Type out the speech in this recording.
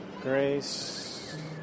grace